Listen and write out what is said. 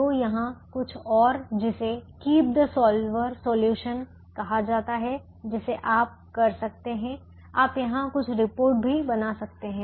तो यहां कुछ और जिसे कीप द सॉल्वर सोल्यूशन कहा जाता है जिसे आप कर सकते हैं आप यहां कुछ रिपोर्ट भी बना सकते हैं